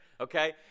okay